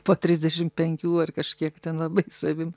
po trisdešim penkių ar kažkiek ten labai savim